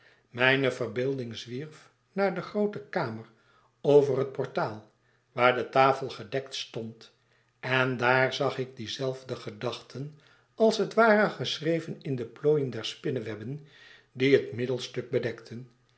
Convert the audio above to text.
mijne verbeelding zwierf naar de groote kamer over het portaal waar de tafel gedekt stond en daar zag ik die zelfde gedachten als het ware geschreven in de plooien der spinnewebben die het middelstuk bedekten